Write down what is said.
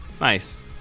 Nice